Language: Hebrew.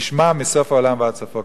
נשמע מסוף העולם ועד סופו.